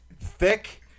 Thick